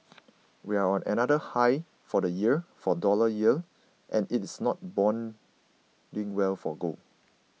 we're on another high for the year for dollar yields and it's not boding well for gold